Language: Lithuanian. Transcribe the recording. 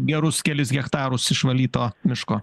gerus kelis hektarus išvalyto miško